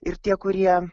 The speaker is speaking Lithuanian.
ir tie kurie